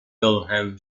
wilhelm